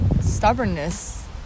stubbornness